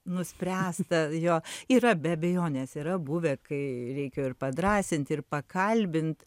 nuspręsta jo yra be abejonės yra buvę kai reikėjo ir padrąsint ir pakalbint